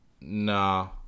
nah